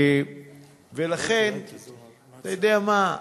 ולכן, אתה יודע מה?